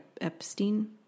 Epstein